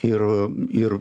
ir ir